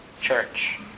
church